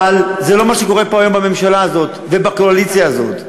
אבל זה לא מה שקורה פה היום בממשלה הזאת ובקואליציה הזאת,